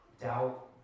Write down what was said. doubt